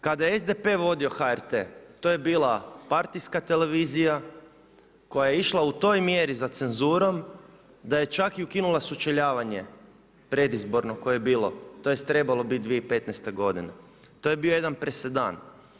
Kad je SDP vodio HRT, to je bila partijska televizija, koja je išla u toj mjeri za cenzurom, da je čak ukinula i sučeljavanje, predizborno koje je bilo, tj. trebalo biti 2015.g. To je bio jedan presedan.